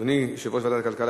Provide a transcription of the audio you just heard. אדוני יושב-ראש ועדת הכלכלה,